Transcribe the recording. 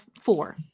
four